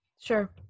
Sure